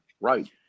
Right